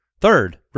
third